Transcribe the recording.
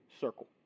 circle